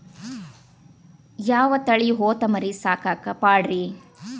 ಯಾವ ತಳಿ ಹೊತಮರಿ ಸಾಕಾಕ ಪಾಡ್ರೇ?